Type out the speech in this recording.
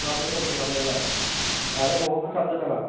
खालामदोंमोन खालामनायालाय जाहाथे बबाफोर थांगोन नामा